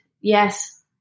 yes